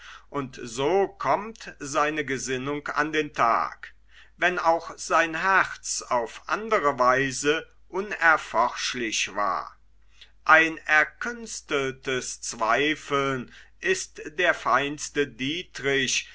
und so kommt seine gesinnung an den tag wann auch sein herz auf andere weise unerforschlich war ein erkünsteltes zweifeln ist der feinste dietrich